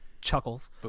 Chuckles